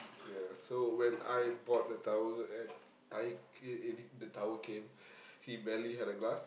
yeah so when I bought the tower and I c~ and the tower came he barely had a glass